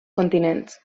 continents